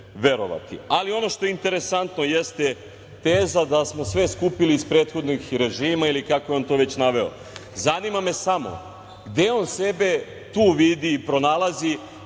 verovati. Ono što je interesantno jeste teza da smo sve skupili iz prethodnih režima ili kako je on to već naveo. Zanima me samo gde on sebe tu vidi i pronalazi,